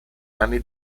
anni